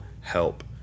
help